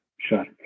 sure